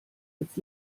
jetzt